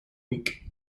week